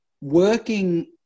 working